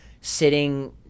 sitting